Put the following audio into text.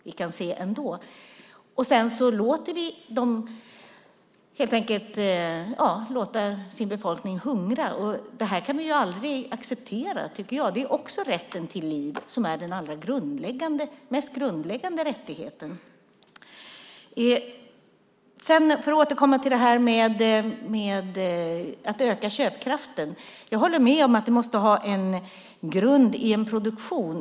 Vi låter dem helt enkelt låta sin befolkning hungra. Det kan vi ju aldrig acceptera, tycker jag. Det är också en rätt till liv som är den mest grundläggande rättigheten. När det gäller att öka köpkraften håller jag med om att det måste ha sin grund i en produktion.